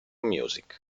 music